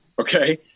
Okay